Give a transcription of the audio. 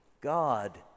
God